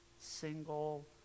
single